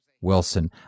Wilson